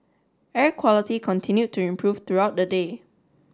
air quality continued to improve throughout the day